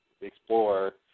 explore